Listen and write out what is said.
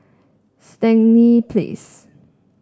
Stangee Place